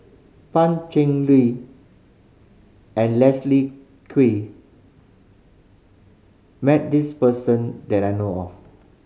Pan Cheng Lui and Leslie Kee met this person that I know of